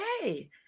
hey